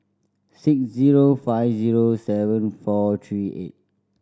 six zero five zero seven four three eight